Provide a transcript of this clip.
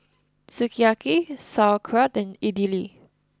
Sukiyaki Sauerkraut and Idili